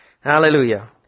Hallelujah